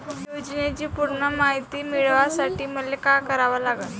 योजनेची पूर्ण मायती मिळवासाठी मले का करावं लागन?